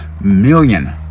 million